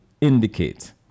indicate